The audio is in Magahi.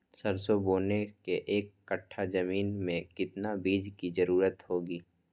सरसो बोने के एक कट्ठा जमीन में कितने बीज की जरूरत होंगी?